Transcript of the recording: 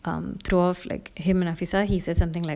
um throw off like him and afisah he said something like